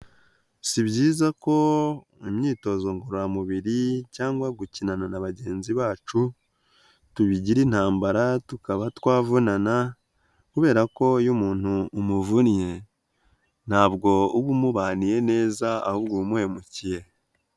Si byiza ko mu myitozo ngororamubiri cyangwa gukinana na bagenzi bacu tubigira intambara tukaba twavunana, kubera ko iyo umuntu umuvunnye ntabwo uba umubaniye neza, ahubwo wamuhemukiye.